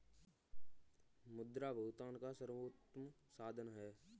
मुद्रा भुगतान का सर्वोत्तम साधन है